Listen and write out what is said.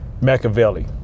Machiavelli